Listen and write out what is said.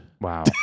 Wow